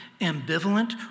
ambivalent